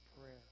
prayer